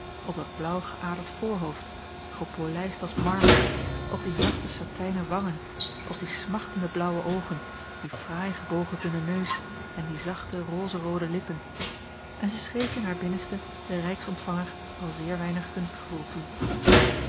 op dat blaauw geäderd voorhoofd gepolijst als marmer op die zachte satijnen wangen op die smachtende blaauwe oogen dien fraai gebogen dunnen neus en die zachte rozeroode lippen en zij schreef in haar binnenste den rijksontvanger al zeer weinig kunstgevoel toe